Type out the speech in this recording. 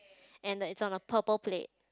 and it is on a purple plate